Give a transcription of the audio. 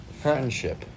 Friendship